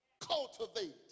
cultivate